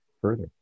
further